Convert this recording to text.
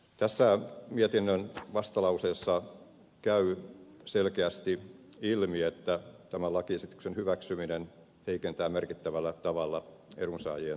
tässä mietinnön vastalauseessa käy selkeästi ilmi että tämän lakiesityksen hyväksyminen heikentää merkittävällä tavalla edunsaajien asemaa